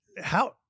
how-